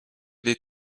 des